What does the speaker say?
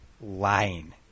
lying